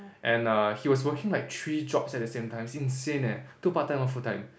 and uh he was working like three jobs at the same time it's insane eh two part time one full time